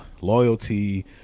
loyalty